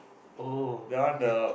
oh okay